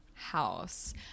House